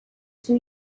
two